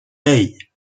hey